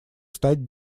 стать